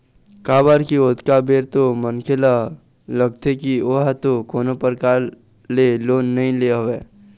काबर की ओतका बेर तो मनखे ल लगथे की ओहा तो कोनो परकार ले लोन नइ ले हवय